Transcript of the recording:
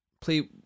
Play